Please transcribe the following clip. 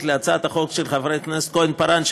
להצעת החוק של חברת הכנסת כהן-פארן,